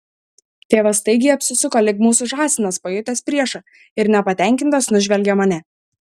tėvas staigiai apsisuko lyg mūsų žąsinas pajutęs priešą ir nepatenkintas nužvelgė mane